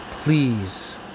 please